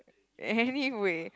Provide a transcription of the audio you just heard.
anyway